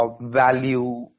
value